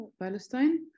Palestine